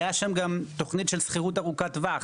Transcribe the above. היה שם גם תוכנית של שכירות ארוכת טווח,